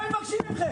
מה הם מבקשים מכם?